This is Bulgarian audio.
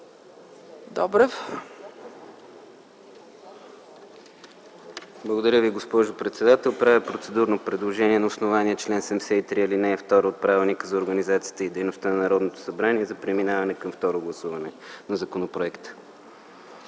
ЦИПОВ: Благодаря Ви, госпожо председател. Правя процедурно предложение на основание чл. 73, ал. 2 от Правилника за организацията и дейността на Народното събрание за преминаване към второ гласуване на законопроекта.